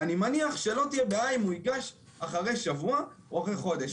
אני מניח שלא תהיה בעיה אם הוא ייגש אחרי שבוע או אחרי חודש,